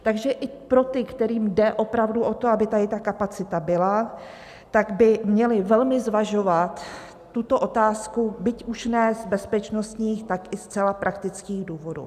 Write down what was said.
Takže i pro ty, kterým jde opravdu o to, aby tady ta kapacita byla, tak by měli velmi zvažovat tuto otázku, byť už ne z bezpečnostních, tak i zcela praktických důvodů.